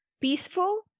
peaceful